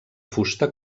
fusta